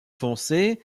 foncé